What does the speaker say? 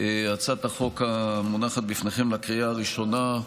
עיצומים כספיים ובדיקות מתקני גז), לקריאה ראשונה.